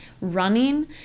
running